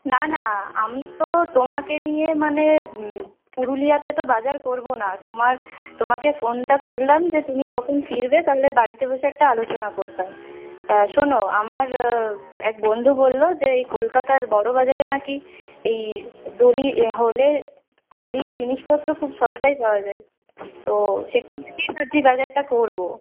না না আমি তো তোমাকে নিয়ে মানে পুরুলিয়াতে তো বাজার করব না তোমার তোমাকে ফোনটা করলাম যে তুমি কখন ফিরবে তা হলে বাড়িতে বসে একটা আলোচনা করতাম শোনো আমার এক বন্ধু বলল যে এই কলকাতার বড় বাজারে নাকি এই হোলির জিনিসপত্র খুব সস্তায় পাওয়া যায় তো সেখান থেকেই ভাবছি বাজারটা করব